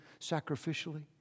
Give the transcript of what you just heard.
sacrificially